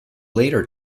later